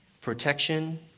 protection